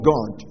God